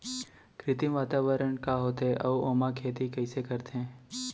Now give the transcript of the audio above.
कृत्रिम वातावरण का होथे, अऊ ओमा खेती कइसे करथे?